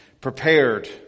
prepared